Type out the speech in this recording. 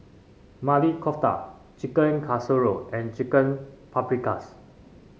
Maili Kofta Chicken Casserole and Chicken Paprikas